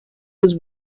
was